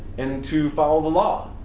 and to follow the law,